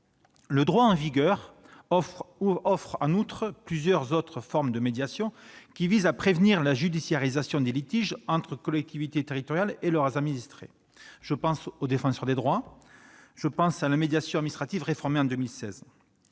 Le droit en vigueur offre en outre plusieurs autres formes de médiation visant à prévenir la judiciarisation des litiges entre les collectivités territoriales et leurs administrés : je pense au Défenseur des droits, à la médiation administrative, réformée en 2016,